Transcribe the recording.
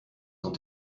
sont